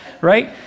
Right